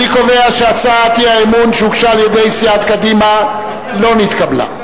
אני קובע שהצעת האי-אמון שהוגשה על-ידי סיעת קדימה לא נתקבלה.